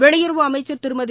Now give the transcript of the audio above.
வெளியுறவு அமைச்சர் திருமதி